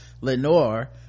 Lenore